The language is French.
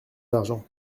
d’argent